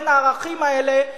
בין הערכים האלה,